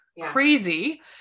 crazy